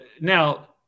Now